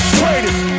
greatest